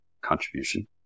contribution